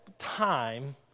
time